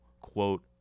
quote